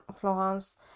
Florence